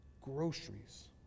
groceries